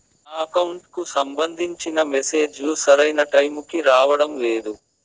నా అకౌంట్ కు సంబంధించిన మెసేజ్ లు సరైన టైము కి రావడం లేదు